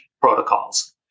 protocols